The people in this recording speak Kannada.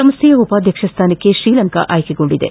ಸಂಸ್ಥೆಯ ಉಪಾಧ್ಯಕ್ಷ ಸ್ಥಾನಕ್ಕೆ ಶ್ರೀಲಂಕಾ ಆಯ್ಕೆಗೊಂಡಿದೆ